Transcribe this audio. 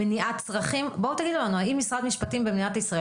תגידו לנו האם משרד המשפטים במדינת ישראל